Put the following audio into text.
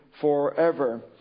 forever